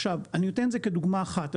עכשיו אני נותן את זה כדוגמה אחת,